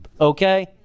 okay